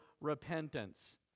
repentance